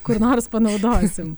kur nors panaudosim